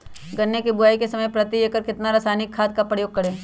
गन्ने की बुवाई के समय प्रति एकड़ कितना रासायनिक खाद का उपयोग करें?